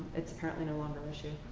it's apparently no longer an issue.